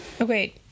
Okay